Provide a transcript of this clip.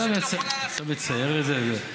איך שאתה מצייר את זה,